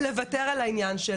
לוותר על העניין של